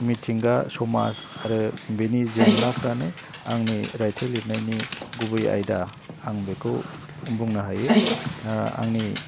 मिथिंगा समाज आरो बेनि जेंनाफ्रानो आंनि राइथाइ लिरनायनि गुबै आयदा आं बेखौ बुंनो हायो आंनि